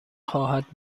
خواهد